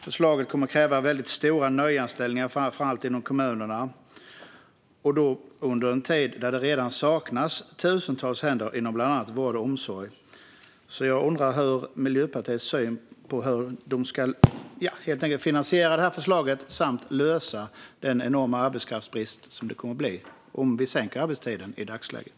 Förslaget kommer att kräva ett väldigt stort antal nyanställningar, framför allt inom kommunerna, i en tid då det redan saknas tusentals händer inom bland annat vård och omsorg. Jag undrar därför hur Miljöpartiet tänker finansiera förslaget samt lösa den enorma arbetskraftsbrist som kommer att uppstå om arbetstiden sänks i dagsläget.